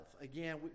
again